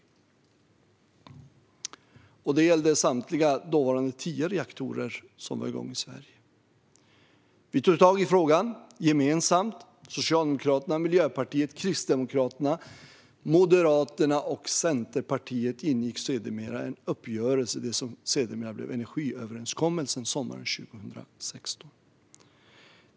Detta gällde samtliga tio reaktorer som då var igång i Sverige. Vi tog gemensamt tag i frågan, och Socialdemokraterna, Miljöpartiet, Kristdemokraterna, Moderaterna och Centerpartiet nådde en uppgörelse, det som sommaren 2016 blev energiöverenskommelsen.